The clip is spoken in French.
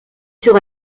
sur